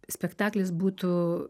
spektaklis būtų